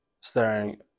Staring